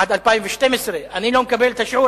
עד 2012. אני לא מקבל את השיעור,